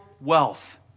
wealth